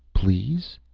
please?